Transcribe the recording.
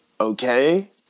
okay